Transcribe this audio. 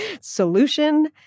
Solution